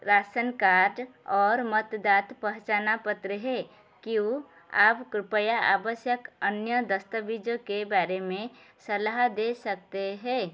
रासन card और मतदाता पहचाना पत्र है क्यों अब कृप्या आवश्यक अन्य दस्तावेज़ों के बारे में सलाह दे सकते हैं